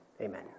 Amen